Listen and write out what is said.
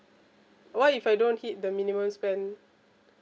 what if I don't hit the minimum spend